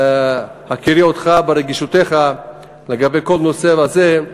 בהכירי אותך ברגישותך לכל הנושא הזה,